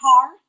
Car